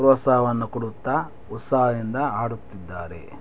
ಪ್ರೋತ್ಸಾಹವನ್ನು ಕೊಡುತ್ತ ಉತ್ಸಾಹದಿಂದ ಆಡುತ್ತಿದ್ದಾರೆ